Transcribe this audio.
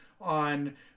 on